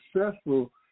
successful